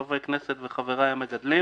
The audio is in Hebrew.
חברי הכנסת וחבריי המגדלים.